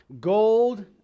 gold